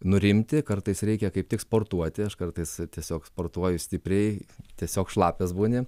nurimti kartais reikia kaip tik sportuoti aš kartais tiesiog sportuoju stipriai tiesiog šlapias būni